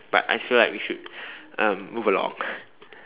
but I feel like we should um move along